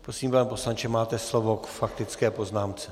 Prosím, pane poslanče, máte slovo k faktické poznámce.